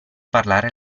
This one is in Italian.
parlare